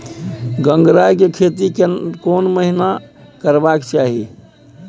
गंगराय के खेती केना महिना करबा के चाही?